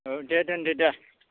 औ दे दोनदो दे